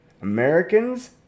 Americans